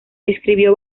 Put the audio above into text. escribió